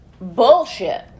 bullshit